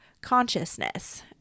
consciousness